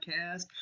Podcast